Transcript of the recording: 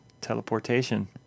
teleportation